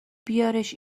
بیارش